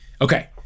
Okay